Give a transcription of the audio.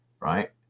right